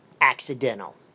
accidental